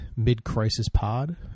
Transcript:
midcrisispod